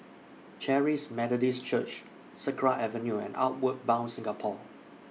Charis Methodist Church Sakra Avenue and Outward Bound Singapore